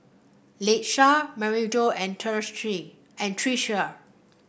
Latesha Maryjo and and Tressie